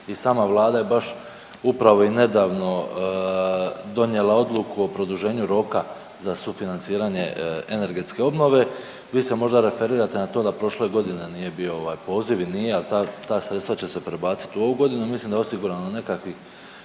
i sama vlada je baš upravo i nedavno donijela odluku o produženju roka za sufinanciranje energetske obnove, vi ste možda referirate na to da prošle godine nije bio ovaj poziv i nije, ali ta sredstva će se prebaciti u ovu godinu. Mislim da je osigurano nekakvih